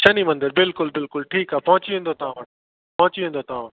शनि मंदरु बिल्कुलु बिल्कुलु ठीकु आहे पहुची वेंदो तव्हां वटि पहुची वेंदो तव्हां वटि